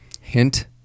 Hint